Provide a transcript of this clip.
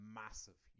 massive